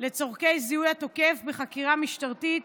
לצורכי זיהוי התוקף בחקירה משטרתית